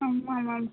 ஆமாம் மேம்